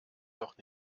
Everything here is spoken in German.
doch